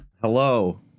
Hello